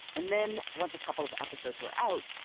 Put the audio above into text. and then once a couple of episodes were out,